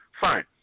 Fine